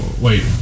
wait